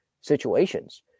situations